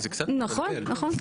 נכון, נכון.